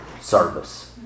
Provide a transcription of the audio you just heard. service